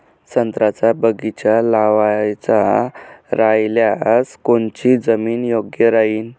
संत्र्याचा बगीचा लावायचा रायल्यास कोनची जमीन योग्य राहीन?